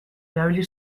erabili